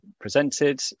presented